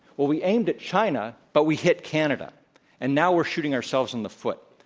well, we aimed at china but we hit canada and now we're shooting ourselves in the foot.